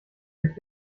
gibt